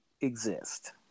exist